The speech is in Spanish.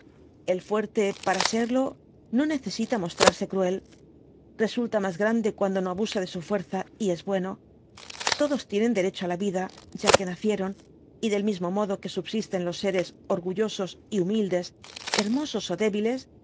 el fuerte para serlo no necesita mostrarse cruel resulta más grande cuando no abusa de su fuerza y es bueno todos tienen derecho á la vida ya que nacieron y del mismo modo que subsisten los seres orgullosos y humildes hermosos ó débiles